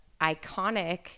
iconic